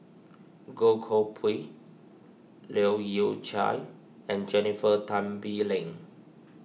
Goh Koh Pui Leu Yew Chye and Jennifer Tan Bee Leng